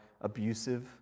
abusive